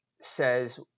says